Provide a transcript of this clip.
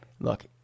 Look